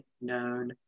known